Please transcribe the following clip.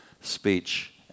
speech